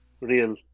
real